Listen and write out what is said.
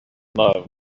love